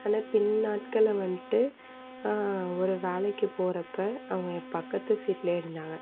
ஆனால் பின் நாட்களில் வந்துட்டு ஒரு வேலைக்கு போகிறப்ப அவங்க என் பக்கத்து சீட்டில் இருந்தாங்க